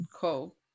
cool